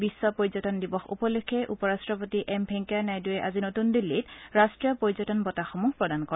বিশ্ব পৰ্যটন দিৱস উপলক্ষে উপ ৰাট্টপতি এম ভেংকায়া নাইডুৰে আজি নতুন দিল্নীত ৰাষ্ট্ৰীয় পৰ্যটন বঁটাসমূহ প্ৰদান কৰে